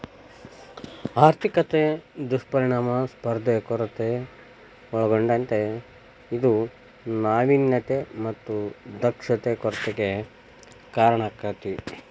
ಆರ್ಥಿಕತೆ ದುಷ್ಪರಿಣಾಮ ಸ್ಪರ್ಧೆಯ ಕೊರತೆ ಒಳಗೊಂಡತೇ ಇದು ನಾವಿನ್ಯತೆ ಮತ್ತ ದಕ್ಷತೆ ಕೊರತೆಗೆ ಕಾರಣಾಕ್ಕೆತಿ